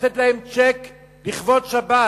לתת להן צ'ק של 100 שקלים לכבוד שבת,